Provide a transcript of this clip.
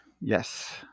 Yes